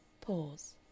Pause